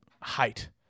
height